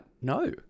No